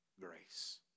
grace